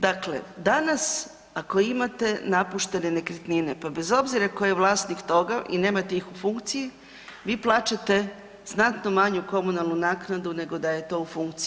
Dakle, danas ako imate napuštene nekretnine, pa bez obzira tko je vlasnik toga i nemate ih u funkciji, vi plaćate znatno manju komunalnu naknadu nego da je to u funkciji.